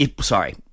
sorry